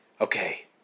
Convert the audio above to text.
okay